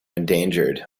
endangered